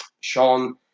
Sean